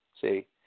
see